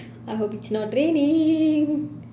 I hope it's not raining